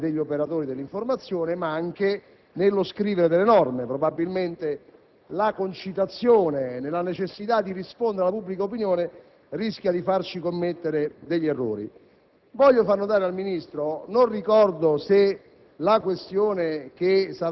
sul quale troppo spesso c'è superficialità anche da parte degli operatori dell'informazione e nello scrivere le norme. Probabilmente, la concitazione nella necessità di rispondere alla pubblica opinione rischia di farci commettere degli errori.